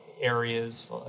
areas